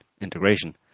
integration